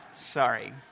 Sorry